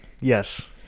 Yes